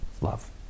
love